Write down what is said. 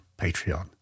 Patreon